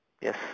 yes